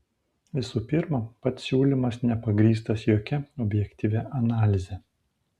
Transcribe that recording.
visų pirma pats siūlymas nepagrįstas jokia objektyvia analize